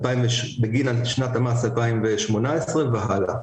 בגין שנת המס 2018 והלאה.